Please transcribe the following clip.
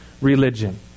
religion